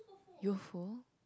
you're full